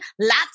lots